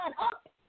up